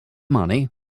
money